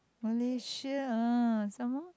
Malaysia some more